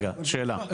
שאלה,